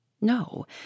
No